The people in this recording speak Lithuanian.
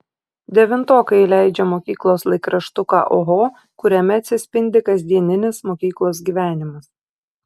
devintokai leidžia mokyklos laikraštuką oho kuriame atsispindi kasdieninis mokyklos gyvenimas